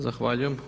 Zahvaljujem.